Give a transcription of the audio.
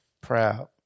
proud